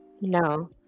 No